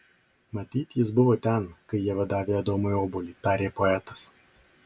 matyt jis buvo ten kai ieva davė adomui obuolį tarė poetas